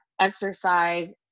exercise